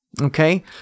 Okay